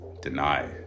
Deny